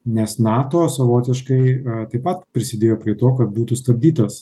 nes nato savotiškai taip pat prisidėjo prie to kad būtų sustabdytas